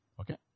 Okay